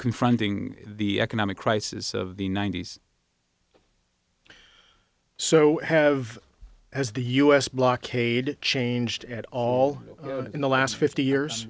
confronting the economic crisis of the ninety's so have as the u s blockade changed at all in the last fifty years